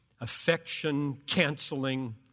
affection-canceling